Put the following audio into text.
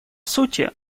сути